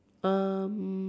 um